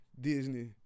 Disney